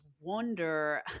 wonder